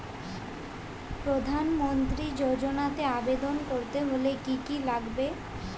প্রধান মন্ত্রী যোজনাতে আবেদন করতে হলে কি কী লাগবে?